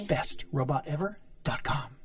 BestRobotEver.com